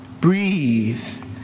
breathe